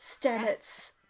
stamets